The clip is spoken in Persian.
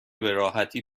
براحتی